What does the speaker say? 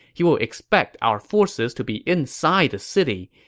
he will expect our forces to be inside the city.